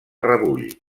rebull